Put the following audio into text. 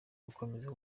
gukomeza